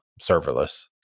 serverless